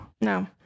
No